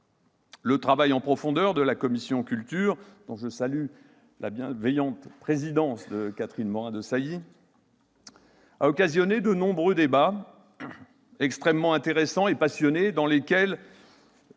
Le travail en profondeur de la commission de la culture, dont je salue la bienveillante présidence de Catherine Morin-Desailly, a d'ailleurs suscité de nombreux débats, extrêmement intéressants et passionnés, dans lesquels,